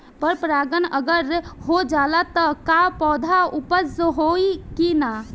पर परागण अगर हो जाला त का पौधा उपज होई की ना?